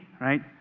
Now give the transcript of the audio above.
right